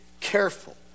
Careful